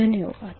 धन्यवाद